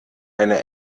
eine